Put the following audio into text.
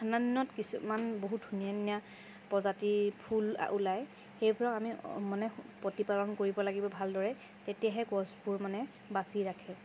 ঠাণ্ডা দিনত কিছুমান বহুত ধুনীয়া ধুনীয়া প্ৰজাতিৰ ফুল ওলায় সেইবোৰক আমি মানে প্ৰতিপালন কৰিব লাগিব ভালদৰে তেতিয়াহে গছবোৰ মানে বাচি ৰাখে